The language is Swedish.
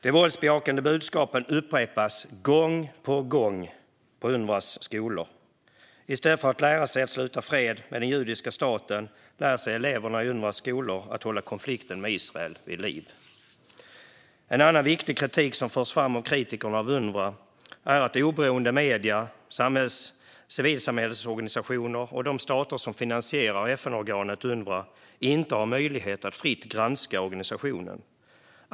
De våldsbejakande budskapen upprepas gång på gång i Unrwas skolor. I stället för att lära sig att sluta fred med den judiska staten lär sig eleverna i Unrwas skolor att hålla konflikten med Israel vid liv. Annan viktig kritik som förs fram av kritikerna av Unrwa är att oberoende medier, civilsamhällsorganisationer och de stater som finansierar FN-organet Unrwa inte har möjlighet att fritt granska organisationen.